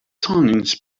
times